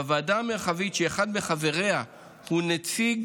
בוועדה מרחבית שאחד מחבריה הוא נציג